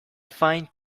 find